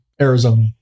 Arizona